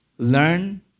Learn